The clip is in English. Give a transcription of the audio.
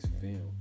film